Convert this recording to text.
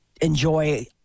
enjoy